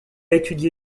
étudié